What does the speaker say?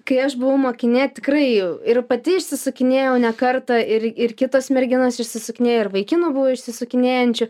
kai aš buvau mokinė tikrai ir pati išsisukinėjau ne kartą ir ir kitos merginos išsisukinėjo ir vaikinų buvo išsisukinėjančių